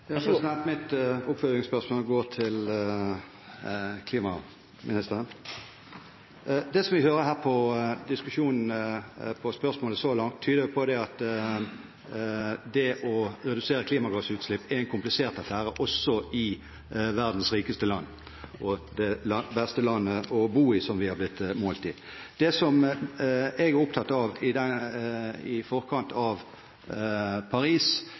Mitt oppfølgingsspørsmål går til klimaministeren. Det vi hører her av diskusjonen om spørsmålet så langt, tyder på at det å redusere klimagassutslipp er en komplisert affære også i verdens rikeste land – og i det beste landet å bo i, som vi har blitt målt til. Det som jeg er opptatt av i forkant av Paris,